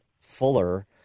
Fuller